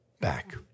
back